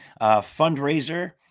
fundraiser